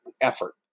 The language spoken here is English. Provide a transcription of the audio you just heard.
effort